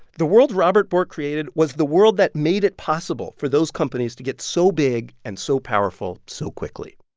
the world robert bork created was the world that made it possible for those companies to get so big and so powerful so quickly